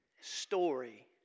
story